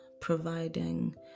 providing